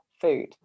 food